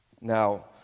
Now